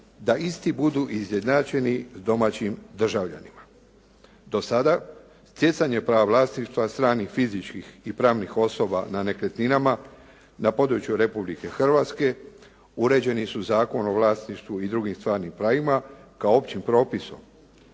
da isti budu izjednačeni s domaćim državljanima. Do sada stjecanje prava vlasništva strnih fizičkih i pravnih osoba na nekretninama na području Republike Hrvatske uređeni su Zakonom o vlasništvu i drugim stvarnim pravima kao općim propisom